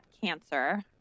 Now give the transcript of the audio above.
cancer